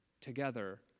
together